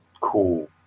Cool